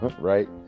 right